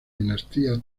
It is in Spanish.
dinastía